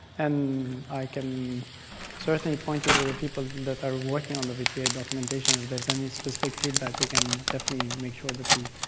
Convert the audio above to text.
and i can certainly point to the the people that are working on the v p eight documentation. if there's any specific feedback, we can definitely make sure that we